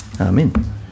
Amen